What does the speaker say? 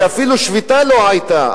שאפילו שביתה לא היתה,